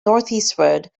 northeastward